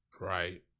Right